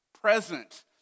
Present